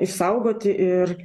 išsaugoti ir